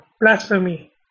blasphemy